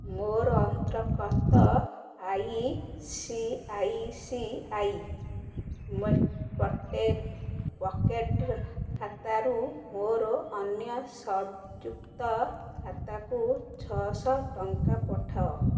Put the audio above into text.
ମୋର I C I C I pocket ଖାତାରୁ ମୋର ଅନ୍ୟ ସଂଯୁକ୍ତ ଖାତାକୁ ଛଅଶହ ଟଙ୍କା ପଠାଅ